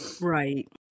Right